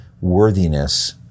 worthiness